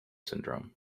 syndrome